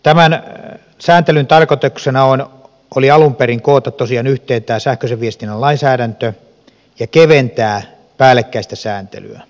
tämän sääntelyn tarkoituksena oli alun perin koota tosiaan yhteen tämä sähköisen viestinnän lainsäädäntö ja keventää päällekkäistä sääntelyä